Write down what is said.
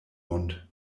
mund